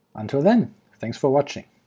until then thanks for watching.